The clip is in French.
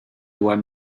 doit